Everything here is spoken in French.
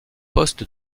poste